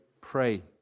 pray